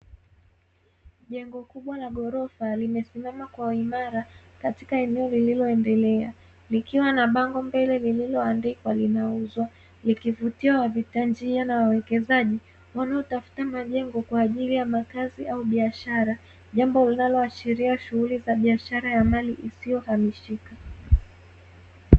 Jengo kubwa la ghorofa limesimama kwa uimara katika eneo lililoendelea, likiwa na bango mbele lililoandikwa linauzwa, likivutia wapita njia na wawekezaji wanaotafuta majengo kwa ajili ya makazi au biashara, jambo linaloashiria shughuli za biashara ya mali isiyohamishika.